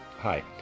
Hi